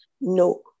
No